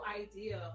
idea